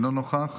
אינו נוכח,